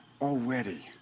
already